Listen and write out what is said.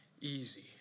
easy